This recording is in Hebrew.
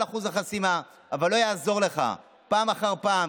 אי-אפשר לתת בידיים שלו את הכוח להחליט כרצונו ולקבוע,